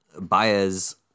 Baez